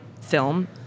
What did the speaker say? film